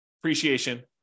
appreciation